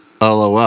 LOL